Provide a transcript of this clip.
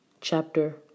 Chapter